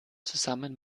zusammen